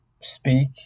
speak